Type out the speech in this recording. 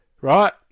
right